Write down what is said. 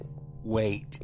wait